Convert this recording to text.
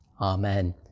Amen